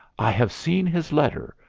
i have seen his letter,